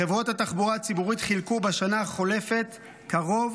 חברות התחבורה הציבורית חילקו בשנה החולפת קרוב